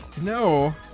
No